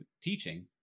teaching